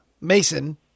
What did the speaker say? Mason